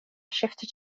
shifted